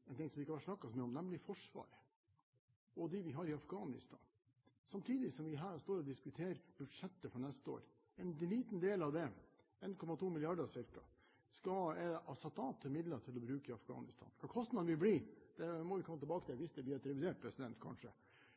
par ting om noe vi ikke har snakket så mye om, nemlig Forsvaret og de vi har i Afghanistan, samtidig som vi står her og diskuterer budsjettet for neste år. En liten del av det, ca. 1,2 mrd. kr, er satt av til å bruke i Afghanistan. Hva kostnadene vil bli, må vi komme tilbake til hvis det blir et revidert, kanskje.